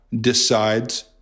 decides